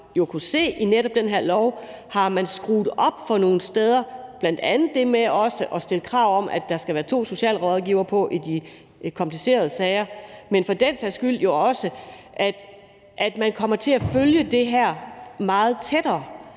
i netop det her lovforslag har man skruet op for det nogle steder, bl.a. det med også at stille krav om, der skal være to socialrådgivere på i de komplicerede sager, men for den sags skyld jo også, at man kommer til at følge det her meget tættere.